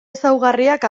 ezaugarriak